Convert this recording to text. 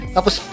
Tapos